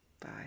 Bye